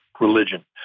religion